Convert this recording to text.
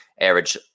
average